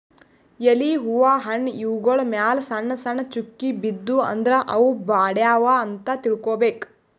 ಎಲಿ ಹೂವಾ ಹಣ್ಣ್ ಇವ್ಗೊಳ್ ಮ್ಯಾಲ್ ಸಣ್ಣ್ ಸಣ್ಣ್ ಚುಕ್ಕಿ ಬಿದ್ದೂ ಅಂದ್ರ ಅವ್ ಬಾಡ್ಯಾವ್ ಅಂತ್ ತಿಳ್ಕೊಬೇಕ್